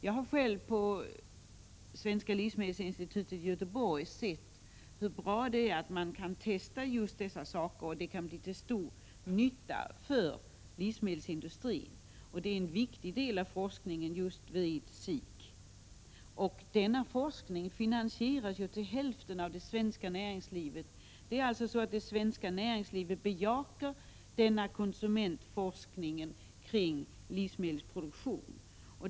Jag har själv på Svenska livsmedelsinstitutet i Göteborg sett hur bra det är att man kan testa just dessa saker. Det kan bli till stor nytta för livsmedelsindustrin. Detta är därför en viktig del av forskningen på detta område. Denna forskning finansieras ju till hälften av det svenska näringslivet. Det svenska näringslivet bejakar denna konsumentforskning om livsmedelsproduktion.